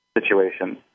situation